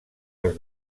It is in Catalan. als